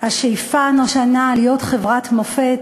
השאיפה הנושנה להיות חברת מופת,